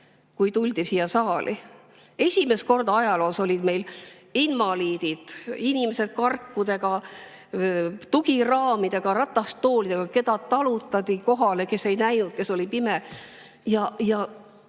siia saali? Esimest korda ajaloos olid meil siin invaliidid, inimesed karkudega, tugiraamidega, ratastoolidega, keda talutati kohale, kes ei näinud, kes oli pime, aga